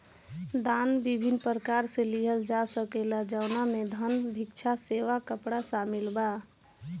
दान विभिन्न प्रकार से लिहल जा सकेला जवना में धन, भिक्षा, सेवा, कपड़ा शामिल बा